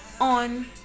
on